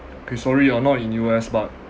K sorry ah not in U_S but